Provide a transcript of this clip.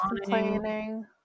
complaining